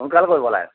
সোনকাল কৰিব লাগে